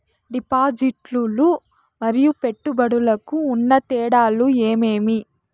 డిపాజిట్లు లు మరియు పెట్టుబడులకు ఉన్న తేడాలు ఏమేమీ?